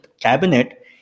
cabinet